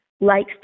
likes